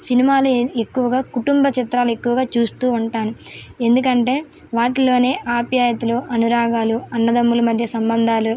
సినిమాలు ఎ ఎక్కువగా కుటుంబ చిత్రాలు ఎక్కువగా చూస్తూ ఉంటాను ఎందుకంటే వాటిల్లోనే ఆప్యాయతలు అనురాగాలు అన్నదమ్ముల మధ్య సంబంధాలు